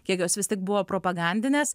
kiek jos vis tik buvo propagandinės